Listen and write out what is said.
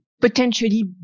potentially